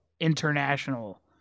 international